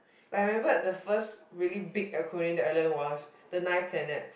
like I remembered the first really big acronym that I learnt was the nine planets